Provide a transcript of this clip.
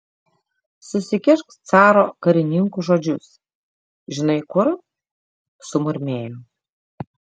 susikišk caro karininkų žodžius žinai kur sumurmėjo